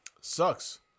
Sucks